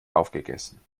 aufgegessen